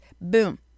Boom